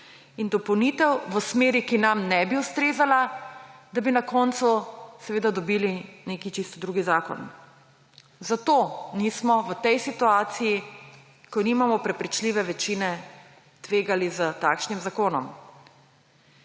in dopolnitev v smeri, ki nam ne bi ustrezala, da bi na koncu dobili čisto nek drug zakon. Zato nismo v tej situaciji, ko nimamo prepričljive večine, tvegali s takšnim zakonom.